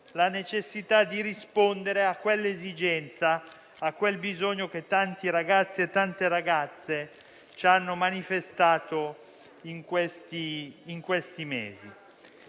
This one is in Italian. la necessità di rispondere a quell'esigenza, a quel bisogno che tanti ragazzi e tante ragazze ci hanno manifestato negli ultimi mesi.